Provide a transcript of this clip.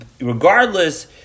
regardless